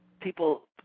people